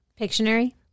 Pictionary